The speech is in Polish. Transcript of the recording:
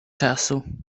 czasu